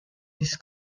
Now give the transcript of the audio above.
this